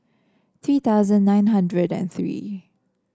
three thousand nine hundred and three